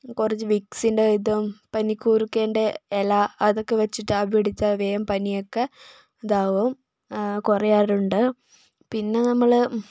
കുറച്ച് വിക്സിൻ്റെ ഇതും പനികൂർക്കേൻ്റെ ഇല അതൊക്കെ വച്ചിട്ട് ആവി പിടിച്ചാൽ വേഗം പനിയൊക്കെ ഇതാവും കുറയാറുണ്ട് പിന്നെ നമ്മൾ